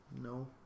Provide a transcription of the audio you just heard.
No